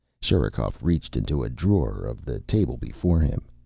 sherikov reached into a drawer of the table before him.